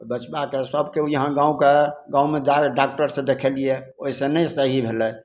बचबाके सभ केओ यहाँ गामके गाममे जाइके डॉकटरसे देखेलिए ओहिसे नहि सही भेलै